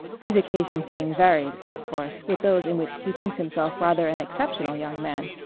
these occasions being varied, of course, with those in which he thinks himself rather an exceptional young man,